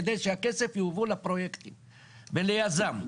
כדי שהכסף יובא לפרויקטים וליזם.